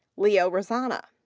leo rosana.